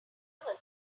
sublime